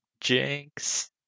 Jinx